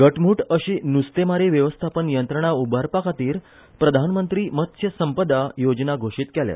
घटमुट अशी नुस्तेमारी व्यवस्थापन यंत्रणा उभारपा खातीर प्रधानमंत्री मत्स्य संपदा योजना घोशीत केल्या